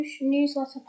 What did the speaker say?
Newsletter